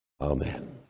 Amen